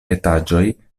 etaĝoj